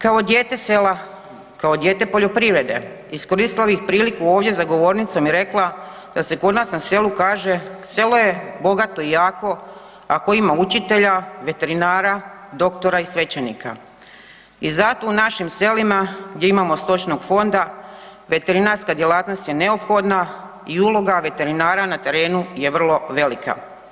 Kao dijete sela, kao dijete poljoprivrede iskoristila bih priliku ovdje za govornicom i rekla da se kod nas na selu kaže „selo je bogato i jako ako ima učitelja, veterinara, doktora i svećenika“ i zato u našim selima gdje imamo stočnog fonda veterinarska djelatnost je neophodna i uloga veterinara na terenu je vrlo velika.